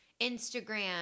Instagram